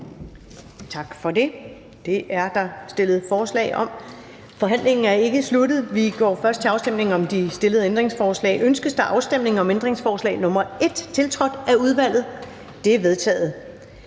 Tak for det. Det er der nu stillet forslag om. Forhandlingen er ikke sluttet. Vi går først til afstemning om de stillede ændringsforslag. Kl. 14:46 Afstemning Første næstformand (Karen Ellemann): Ønskes der